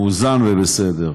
הוא מאוזן ובסדר.